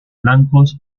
blancos